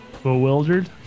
bewildered